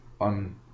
on